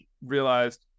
realized